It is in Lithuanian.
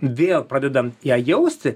vėl pradedam ją jausti